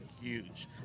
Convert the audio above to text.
huge